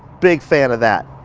big fan of that.